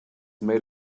made